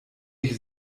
ich